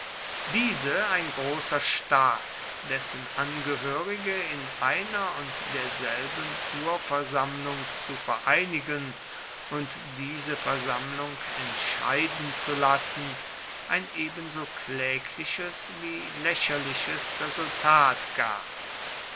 diese ein großer staat dessen angehörige in einer und derselben urversammlung zu vereinigen und diese versammlung entscheiden zu lassen ein ebenso klägliches wie lächerliches resultat gab